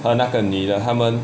和那个女的他们